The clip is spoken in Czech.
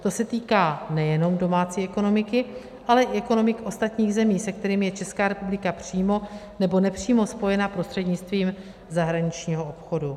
To se týká nejenom domácí ekonomiky, ale i ekonomik ostatních zemí, se kterými je Česká republika přímo nebo nepřímo spojena prostřednictvím zahraničního obchodu.